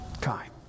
time